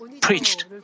preached